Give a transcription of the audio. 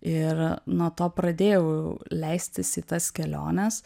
ir nuo to pradėjau leistis į tas keliones